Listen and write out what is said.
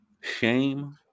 Shame